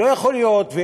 לא יכול להיות,